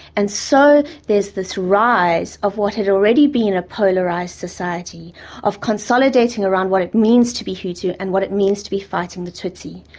and so there's this rise of what has already been and a polarised society of consolidating around what it means to be hutu and what it means to be fighting the tutsi.